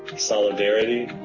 solidarity,